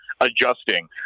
adjusting